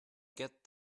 get